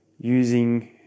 using